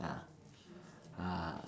ah